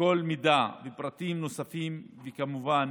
כל מידע ופרטים נוספים, וכמובן